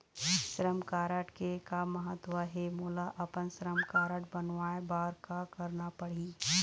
श्रम कारड के का महत्व हे, मोला अपन श्रम कारड बनवाए बार का करना पढ़ही?